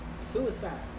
Suicide